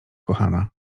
kochana